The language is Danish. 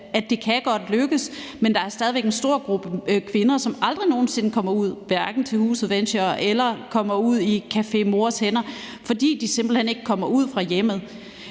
at det godt kan lykkes, men der er stadig væk en stor gruppe kvinder, som aldrig nogen sinde kommer ud hverken til Huset Venture eller i Café Mors Varme Hænder, fordi de simpelt hen ikke kommer ud af hjemmet.